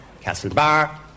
Castlebar